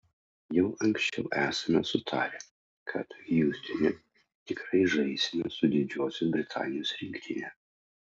jau anksčiau esame sutarę kad hjustone tikrai žaisime su didžiosios britanijos rinktine